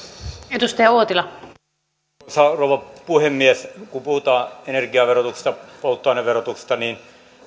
arvoisa rouva puhemies kun puhutaan energiaverotuksesta polttoaineverotuksesta niin